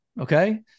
Okay